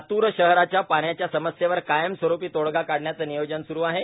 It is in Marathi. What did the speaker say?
लातूर शहराच्या पाण्याच्या समस्येवर कायमस्वरूपी तोडगा काढण्याचे नियोजन सुरू आहे